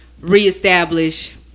reestablish